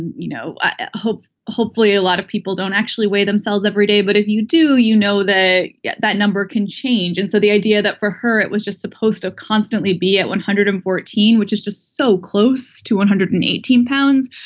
you know i hope hopefully a lot of people don't actually weigh themselves every day. but if you do you know that that number can change and so the idea that for her it was just supposed to constantly be at one hundred and fourteen which is just so close to one hundred and eighteen pounds.